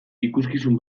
ikuskizun